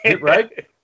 right